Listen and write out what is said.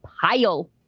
pile